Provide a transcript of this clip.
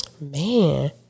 Man